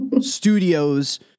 Studios